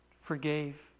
forgave